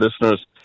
listeners